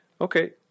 Okay